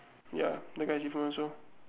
ya that guy is different also